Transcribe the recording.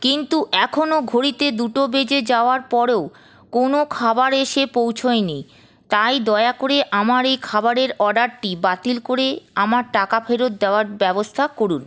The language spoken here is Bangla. কিন্তু এখনও ঘড়িতে দুটো বেজে যাওয়ার পরও কোনও খাবার এসে পৌঁছোয়নি তাই দয়া করে আমার এই খাবারের অর্ডারটি বাতিল করে আমার টাকা ফেরত দেওয়ার ব্যবস্থা করুন